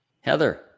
Heather